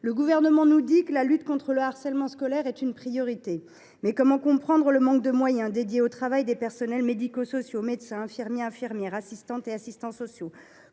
le Gouvernement nous dit que la lutte contre le harcèlement scolaire est une priorité, mais alors comment comprendre le manque de moyens alloués au travail des personnels médico sociaux – médecins, infirmiers, infirmières, assistants et assistantes sociaux ?